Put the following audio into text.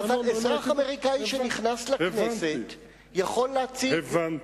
אבל אזרח אמריקני שנכנס לכנסת יכול להציג, הבנתי.